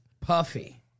Puffy